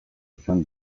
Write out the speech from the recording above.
izan